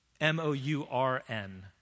M-O-U-R-N